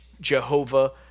Jehovah